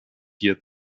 hier